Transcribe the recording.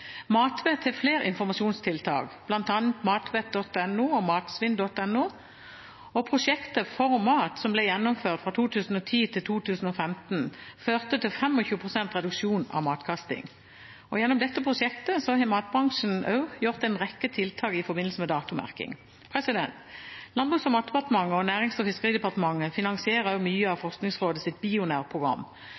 Matvett har flere informasjonstiltak, bl.a. matvett.no og matsvinn.no. Prosjektet ForMat, som ble gjennomført fra 2010 til 2015, førte til 25 pst. reduksjon av matkasting. Gjennom dette prosjektet har matbransjen også gjort en rekke tiltak i forbindelse med datomerking. Landbruks- og matdepartementet og Nærings- og fiskeridepartementet finansierer mye av